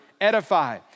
edify